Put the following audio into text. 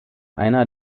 einer